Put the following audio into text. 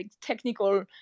technical